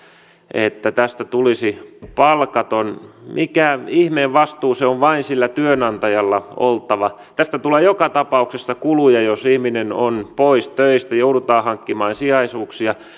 että tästä tulisi palkaton mikä ihmeen vastuu se on vain sillä työnantajalla oltava tästä tulee joka tapauksessa kuluja jos ihminen on pois töistä joudutaan hankkimaan